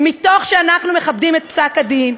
מתוך שאנחנו מכבדים את פסק-הדין,